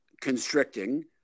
constricting